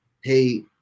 hey